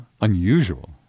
unusual